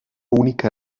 única